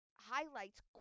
highlights